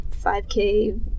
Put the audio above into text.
5k